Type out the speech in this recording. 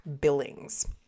Billings